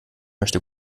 möchte